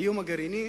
האיום הגרעיני